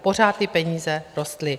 Pořád ty peníze rostly.